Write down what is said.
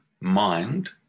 mind